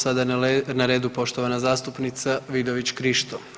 Sada je na redu poštovana zastupnica Vidović Krišto.